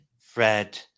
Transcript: Fred